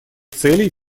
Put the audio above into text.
целей